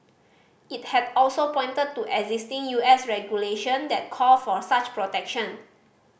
it had also pointed to existing U S regulation that call for such protection